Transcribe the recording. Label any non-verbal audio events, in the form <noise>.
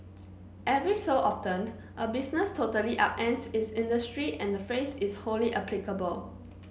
<noise> every so often a business totally upends its industry and the phrase is wholly applicable